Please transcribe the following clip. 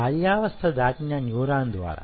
బాల్యావస్థ దాటిన న్యూరాన్ ద్వారా